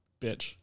bitch